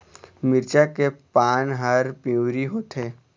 मिरचा के पान हर पिवरी होवथे?